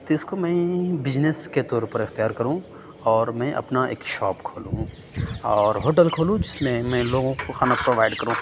تو اِس کو میں بزنس کے طور پر اختیار کروں اور میں اپنا ایک شاپ کھولوں اور ہوٹل کھولوں جس میں میں لوگوں کو کھانا پرووائڈ کروں